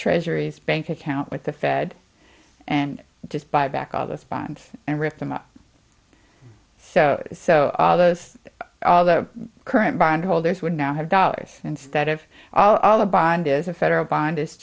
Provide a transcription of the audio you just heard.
treasuries bank account with the fed and just buy back all those bonds and rip them up so so all those all the current bond holders would now have dollars instead of all the bond is a federal bond is